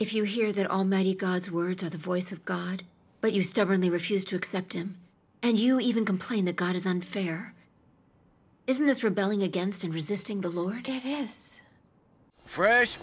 if you hear that almighty god's words are the voice of god but you stubbornly refuse to accept him and you even complain that god is unfair isn't this rebelling against unres